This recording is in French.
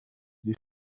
des